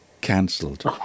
cancelled